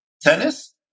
Tennis